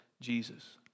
Jesus